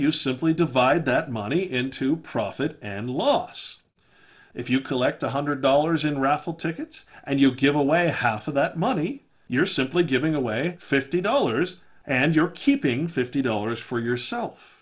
you simply divide that money into profit and loss if you collect one hundred dollars in raffle tickets and you give away half of that money you're simply giving away fifty dollars and you're keeping fifty dollars for yourself